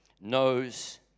knows